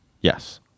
yes